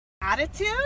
Attitude